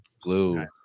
blue